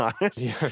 honest